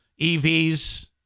evs